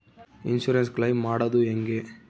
Insurance claim ಮಾಡದು ಹೆಂಗೆ?